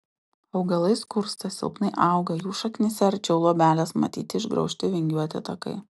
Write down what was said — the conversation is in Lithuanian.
augalai skursta silpnai auga jų šaknyse arčiau luobelės matyti išgraužti vingiuoti takai